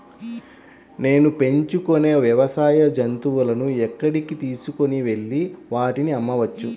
నేను పెంచుకొనే వ్యవసాయ జంతువులను ఎక్కడికి తీసుకొనివెళ్ళి వాటిని అమ్మవచ్చు?